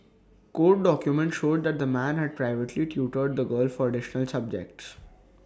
court documents showed that the man had privately tutored the girl for additional subjects